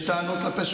אם יש טענות על שוטר,